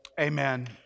amen